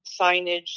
signage